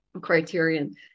criterion